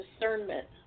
discernment